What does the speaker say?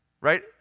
Right